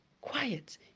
quiet